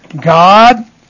God